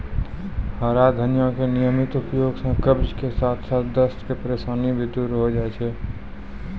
हरा धनिया के नियमित उपयोग सॅ कब्ज के साथॅ साथॅ दस्त के परेशानी भी दूर होय जाय छै